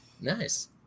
Nice